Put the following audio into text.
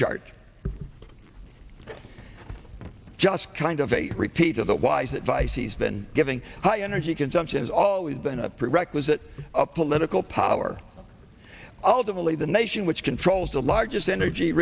chart just kind of a repeat of the wise advice he's been giving high energy consumption has always been a prerequisite of political power ultimately the nation which controls the largest energy